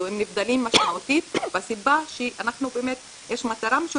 הם נבדלים משמעותית והסיבה היא שיש מטרה משותפת,